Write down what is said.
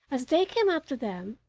as they came up to them,